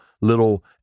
little